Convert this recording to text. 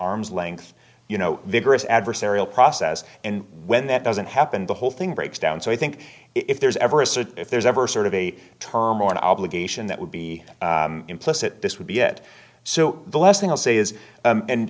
arm's length you know vigorous adversarial process and when that doesn't happen the whole thing breaks down so i think if there's ever a search if there's ever sort of a term or an obligation that would be implicit this would be yet so the last thing i'll say is